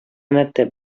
мәктәп